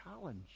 challenge